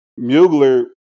mugler